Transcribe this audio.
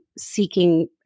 seeking